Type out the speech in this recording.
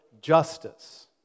justice